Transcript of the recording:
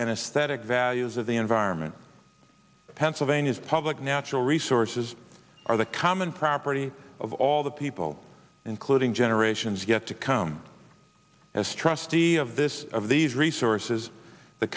aesthetic values of the environment pennsylvania's public natural resources are the common property of all the people including generations yet to come as trustee of this of these resources the